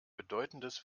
bedeutendes